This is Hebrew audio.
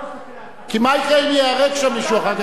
יהרוס, כי מה יקרה אם ייהרג שם מישהו אחר כך?